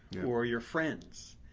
or your friends.